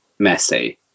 Messi